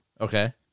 Okay